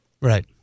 Right